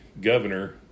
governor